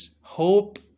hope